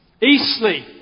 Eastleigh